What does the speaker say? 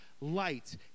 light